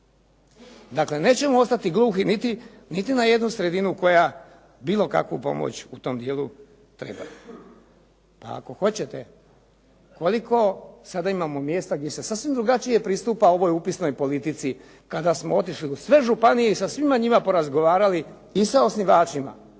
Dakle, nećemo ostati gluhi nit na jednu sredinu koja bilo kakvu pomoć u tom dijelu treba. Pa ako hoćete koliko sada imamo mjesta gdje se sasvim drugačije pristupa u ovoj upisnoj politici kada smo otišli u sve županije i sa svima njima porazgovarali i sa osnivačima